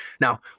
Now